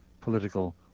political